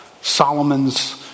Solomon's